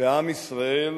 בעם ישראל